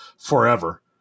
forever